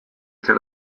tell